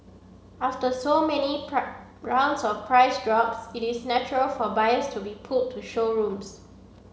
after so many rounds of price drops it is natural for buyers to be pulled to showrooms